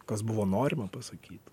kas buvo norima pasakyti